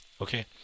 Okay